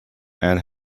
and